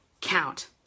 count